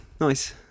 Nice